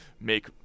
make